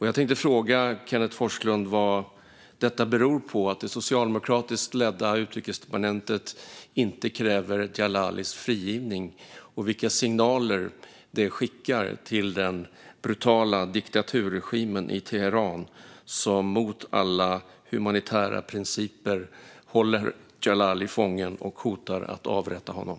Jag vill fråga Kenneth G Forslund vad det beror på att det socialdemokratiskt ledda Utrikesdepartementet inte kräver Djalalis frigivning och vilka signaler det skickar till den brutala diktaturregimen i Teheran, som mot alla humanitära principer håller Djalali fången och hotar att avrätta honom.